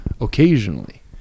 occasionally